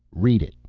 read it,